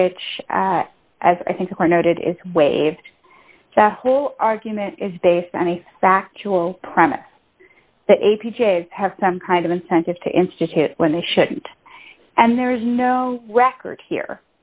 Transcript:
which as i think are noted is waived that whole argument is based on a factual premise that a p j have some kind of incentive to institute when they shouldn't and there is no record here